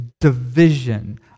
division